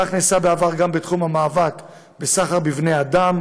כך נעשה בעבר גם בתחום המאבק בסחר בבני אדם,